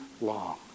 long